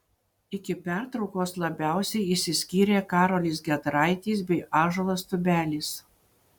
iki pertraukos labiausiai išsiskyrė karolis giedraitis bei ąžuolas tubelis